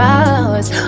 hours